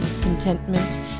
contentment